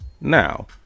now